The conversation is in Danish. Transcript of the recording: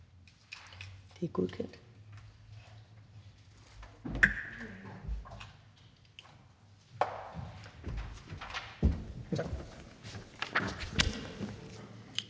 det er velkendt.